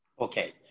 Okay